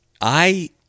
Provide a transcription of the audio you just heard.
I-